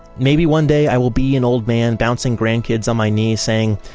maybe one day i will be an old man bouncing grandkids on my knees saying,